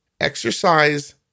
exercise